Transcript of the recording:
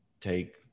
take